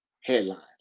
headlines